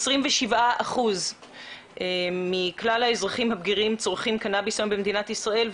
27% מכלל האזרחים הבגירים צורכים קנאביס במדינת ישראל היום,